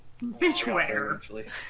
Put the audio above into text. Bitchware